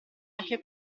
anche